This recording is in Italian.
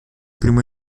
primo